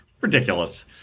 Ridiculous